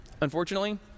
unfortunately